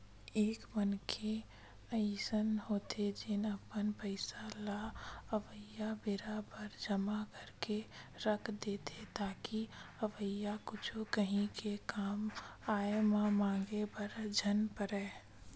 एक मनखे अइसन होथे जेन अपन पइसा ल अवइया बेरा बर जमा करके के रख देथे ताकि अवइया कुछु काही के कामआय म मांगे बर झन परय